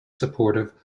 supporter